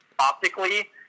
Optically